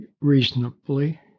reasonably